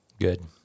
Good